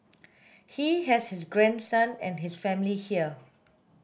he has his grandson and his family here